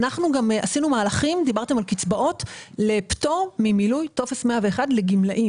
עשינו גם מהלכים דיברתם על קצבאות לפטור ממילוי טופס 101 לגמלאים.